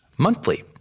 monthly